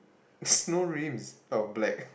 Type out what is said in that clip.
there's no rims oh black